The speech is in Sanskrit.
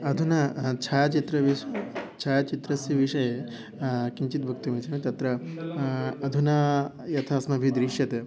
अधुना छायाचित्र विस् छायाचित्रस्य विषये किञ्चित् वक्तुम् इच्छा तत्र अधुना यथा अस्माभिः दृश्यते